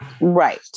Right